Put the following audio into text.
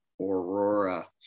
Aurora